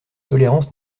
tolérance